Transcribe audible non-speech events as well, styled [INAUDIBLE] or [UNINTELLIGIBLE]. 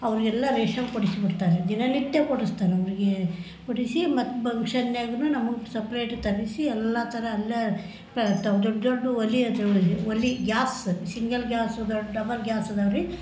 ಅವನ್ನೆಲ್ಲ ರೇಷನ್ ಕೊಡಿಸ್ಬಿಡ್ತಾರೆ ರೀ ದಿನನಿತ್ಯ ಕೊಡಿಸ್ತಾರ್ ಅವ್ರಿಗೆ ಕೊಡಿಸಿ ಮತ್ತೆ ಬಂಕ್ಷನ್ನಾಗಿನೂ ನಮಗೆ ಸಪ್ರೇಟ್ ತರಿಸಿ ಎಲ್ಲ ಥರ ಅಲ್ಲೇ ಪ ದೊಡ್ಡ ದೊಡ್ಡ ಒಲೆ [UNINTELLIGIBLE] ಒಲೆ ಗ್ಯಾಸ್ ಸಿಂಗಲ್ ಗ್ಯಾಸು ದೊಡ್ಡ ಡಬಲ್ ಗ್ಯಾಸ್ ಇದಾವೆ ರೀ